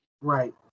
Right